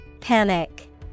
Panic